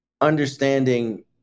understanding